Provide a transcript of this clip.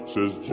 Says